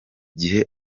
gihe